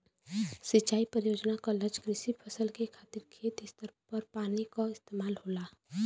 सिंचाई परियोजना क लक्ष्य कृषि फसल के खातिर खेत स्तर पर पानी क इस्तेमाल होला